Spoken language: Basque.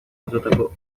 jasotako